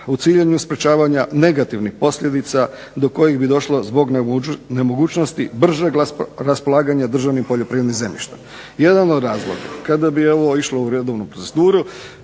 u cilju sprečavanja negativnih posljedica do kojih bi došlo zbog nemogućnosti bržeg raspolaganja državnim poljoprivrednim zemljištem. Jedan od razloga kada bi išlo u redovnu proceduru